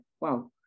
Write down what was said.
wow